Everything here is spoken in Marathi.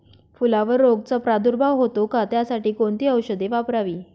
फुलावर रोगचा प्रादुर्भाव होतो का? त्यासाठी कोणती औषधे वापरावी?